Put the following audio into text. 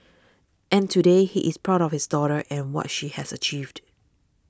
and today he is proud of his daughter and what she has achieved